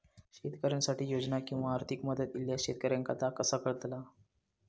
शेतकऱ्यांसाठी योजना किंवा आर्थिक मदत इल्यास शेतकऱ्यांका ता कसा कळतला?